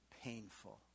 painful